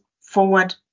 forward